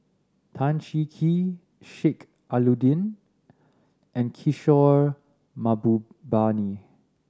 Tan Cheng Kee Sheik Alau'ddin and Kishore Mahbubani